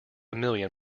million